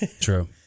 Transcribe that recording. True